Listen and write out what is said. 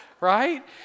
Right